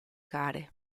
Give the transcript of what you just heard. gare